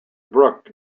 brook